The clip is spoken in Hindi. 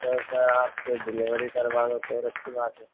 तो सर आप डिलेवरी करवा दो तो और अच्छी बात है